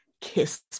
kiss